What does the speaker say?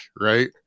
Right